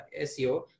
seo